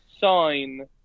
sign